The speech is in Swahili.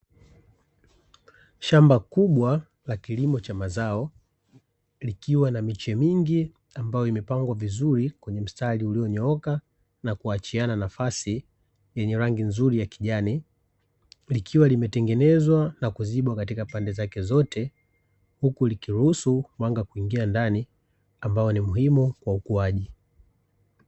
Shamba kubwa la kilimo cha mazao likiwa na miche mingi, ambayo imepangwa vizuri kwenye mstari ulionyooka na kuachiana nafasi yenye rangi nzuri ya kijani. Likiwa limetengenezwa na kuzibwa katika pande zake zote huku likiruhusu mwanga kuingia ndani ambao ni muhimu kwa ukuaji.